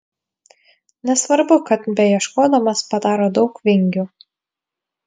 nesvarbu kad beieškodamas padaro daug vingių